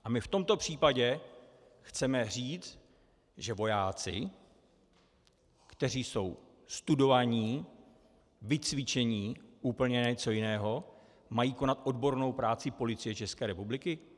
A my v tomto případě chceme říct, že vojáci, kteří jsou studovaní, vycvičení úplně na něco jiného, mají konat odbornou práci Policie České republiky?